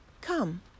come